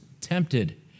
tempted